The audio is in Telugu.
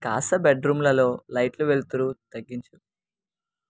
కాస్త బెడ్రూమ్లలో లైట్లు వెలుతురు తగ్గించు